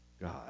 God